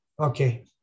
Okay